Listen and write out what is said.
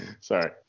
Sorry